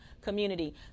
community